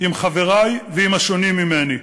עם חברי ועם השונים ממני.